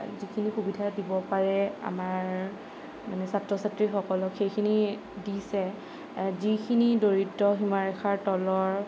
যিখিনি সুবিধা দিব পাৰে আমাৰ মানে ছাত্ৰ ছাত্ৰীসকলক সেইখিনি দিছে যিখিনি দৰিদ্ৰ সীমাৰেখাৰ তলৰ